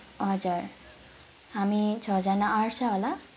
हजुर हामी छजना आँट्छ होला